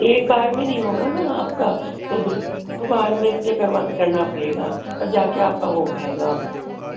ایک بار میں نہیں ہوگا نا آپ کا تو دو دو بار میں اسے کروا کرنا پڑے گا تب جا کے آپ کا ہو پائے گا